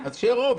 אז שיהיה רוב.